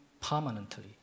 Permanently